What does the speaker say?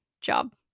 job